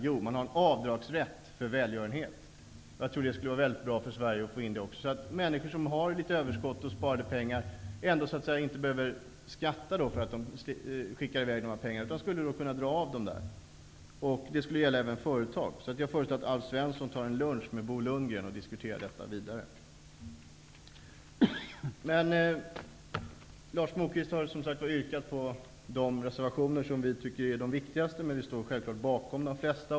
Jo, man har en avdragsrätt för välgörenhet. Jag tror att det skulle vara mycket bra för Sverige att införa något liknande. Människor som har ett överskott och sparade pengar skulle då inte behöva skatta för att de skickar i väg litet pengar. De skulle kunna dra av dessa pengar. Det skulle även gälla företag. Jag föreslår att Alf Svensson tar en lunch med Bo Lundgren och diskuterar detta vidare. Lars Moquist har yrkat bifall till de reservationer som vi i Ny demokrati tycker är de viktigaste, men vi står självfallet bakom de flesta.